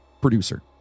producer